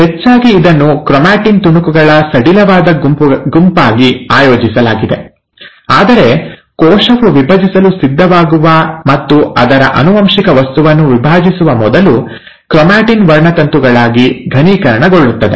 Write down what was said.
ಹೆಚ್ಚಾಗಿ ಇದನ್ನು ಕ್ರೊಮಾಟಿನ್ ತುಣುಕುಗಳ ಸಡಿಲವಾದ ಗುಂಪಾಗಿ ಆಯೋಜಿಸಲಾಗಿದೆ ಆದರೆ ಕೋಶವು ವಿಭಜಿಸಲು ಸಿದ್ಧವಾಗುವ ಮತ್ತು ಅದರ ಆನುವಂಶಿಕ ವಸ್ತುವನ್ನು ವಿಭಜಿಸುವ ಮೊದಲು ಕ್ರೊಮಾಟಿನ್ ವರ್ಣತಂತುಗಳಾಗಿ ಘನೀಕರಣಗೊಳ್ಳುತ್ತದೆ